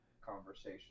conversation